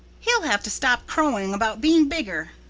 he'll have to stop crowing about being bigger.